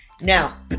Now